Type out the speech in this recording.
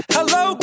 Hello